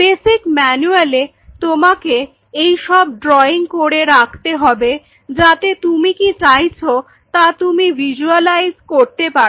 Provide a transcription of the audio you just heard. basic ম্যানুয়ালে তোমাকে এইসব ড্রইং করে রাখতে হবে যাতে তুমি কি চাইছো তা তুমি ভিসুয়ালাইজ করতে পারো